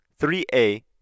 3A